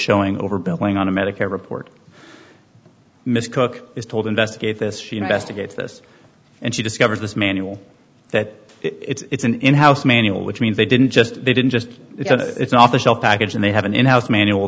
showing overbilling on a medicare report miss cook is told investigate this she investigates this and she discovers this manual that it's an in house manual which means they didn't just they didn't just it's off the shelf package and they have an in house manual